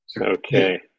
Okay